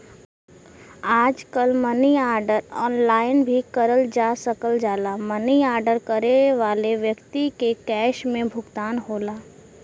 आजकल money order online भी करल जा सकल जाला मनी आर्डर करे वाले व्यक्ति के कैश में भुगतान होला